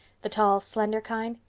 the tall, slender kind?